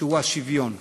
והוא השוויון.